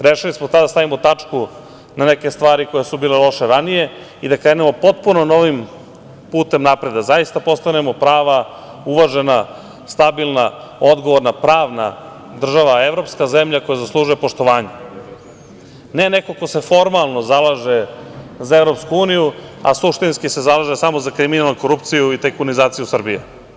Rešili smo tada da stavimo tačku na neke stvari koje su bile loše ranije i da krenemo potpuno novim putem napred, da zaista postanemo prava, uvažena, stabilna, odgovorna, pravna država, evropska zemlja koja zaslužuje poštovanje, ne neko ko se formalno zalaže za EU, a suštinski se zalaže samo za kriminal, korupciju i tajkunizaciju Srbije.